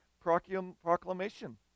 proclamation